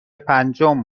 پنجم